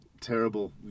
terrible